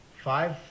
five